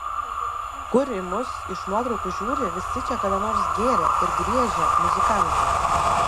kur į mus iš nuotraukų žiūri visi čia kada nors gėrę ir griežę muzikantai